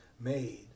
made